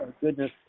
Goodness